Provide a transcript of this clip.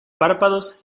párpados